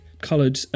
coloured